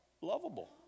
lovable